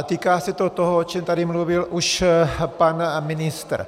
Týká se to toho, o čem tady mluvil už pan ministr.